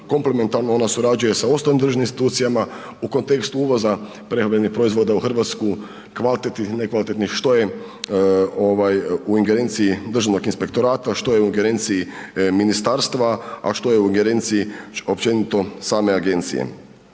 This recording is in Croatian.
komplementarno ona surađuje sa ostalim državnim institucijama u kontekstu uvoza prehrambenih proizvoda u RH, kvalitetnih, nekvalitetnih, što je ovaj u ingerenciji državnog inspektorata, što je u ingerenciji ministarstva, a što je u ingerenciji općenito same agencije.